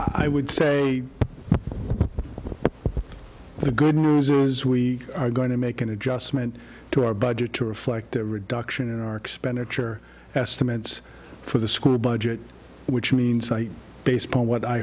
i would say the good news is we are going to make an adjustment to our budget to reflect a reduction in our expenditure estimates for the school budget which means site based upon what i